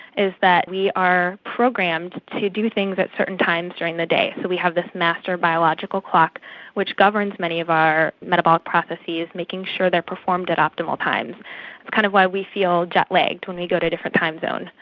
is that we are programmed to do things at certain times during the day. so we have this master biological clock which governs many of our metabolic processes, making sure they are performed at optimal times. it's kind of why we feel jetlagged when we go to different time zones.